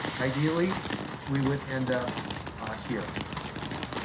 ideally we would end up here at this point.